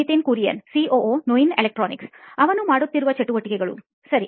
Nitin Kurian COO ನೋಯಿನ್ electronics ಅವನು ಮಾಡುತ್ತಿರುವ ಚಟುವಟಿಕೆಗಳು ಸರಿ